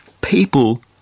people